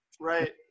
Right